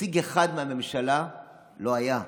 נציג אחד מהממשלה לא היה.